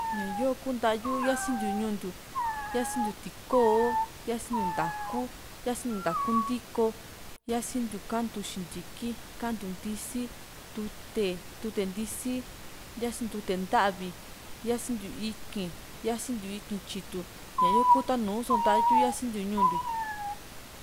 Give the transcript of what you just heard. ña yoo kuu ntayu yasintiu ñuu ntiu yasintiu tikoo yasintiu ntaa´ku yasintiu ntaa´ku ntiko yasintiu kantu xintiki kantu ntisi tute tute ntisi yasi tute nta´vi yasintiu íkii´n yasintiu íkii´n tyitu´n ñayo kuu ta nùù só ntayu yasintiu ñuu ntiu